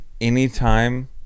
anytime